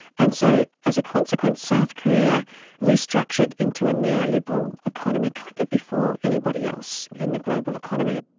and so as a consequence south korea restructured into a neoliberal economy, kind of before anybody else in the global economy.